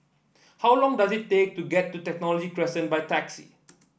how long does it take to get to Technology Crescent by taxi